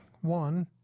One